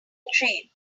train